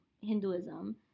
Hinduism